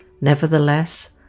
Nevertheless